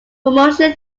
promotion